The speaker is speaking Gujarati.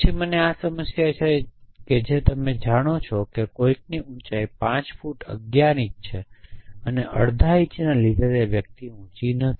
પછી મને આ સમસ્યા છે કે તમે જાણો છો કે કોઈકની ઊંચાઈ 5 ફુટ 11 ઇંચ છે અને અડધા ઇંચના લીધે તે વ્યક્તિ ઉંચા નથી